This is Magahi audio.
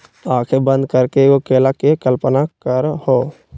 आँखें बंद करके एगो केला के कल्पना करहो